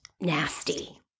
nasty